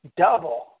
double